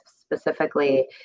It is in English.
specifically